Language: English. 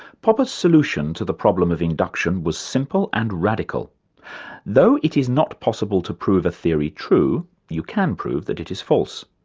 popper's solution to the problem of induction was simple and radical though it is not possible to prove a theory true you can prove that it is false.